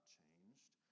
changed